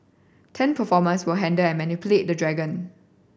ten performers will handle and manipulate the dragon